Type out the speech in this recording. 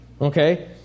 Okay